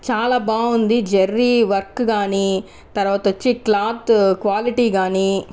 చాలా బాగుంది జరీ వర్క్ కాని తర్వాత వచ్చే క్లాత్ క్వాలిటీ కానీ